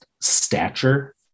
stature